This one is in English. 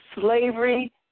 slavery